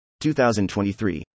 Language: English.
2023